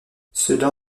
cela